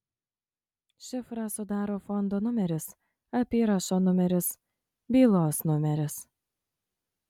šifrą sudaro fondo numeris apyrašo numeris bylos numeris